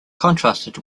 contrasted